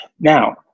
now